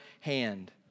hand